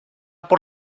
por